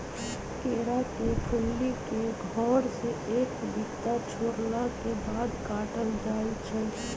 केरा के फुल्ली के घौर से एक बित्ता छोरला के बाद काटल जाइ छै